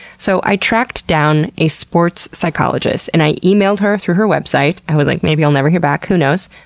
so i tracked down a sports psychologist and i emailed her through her website. i was like, maybe, i'll never hear back. who knows?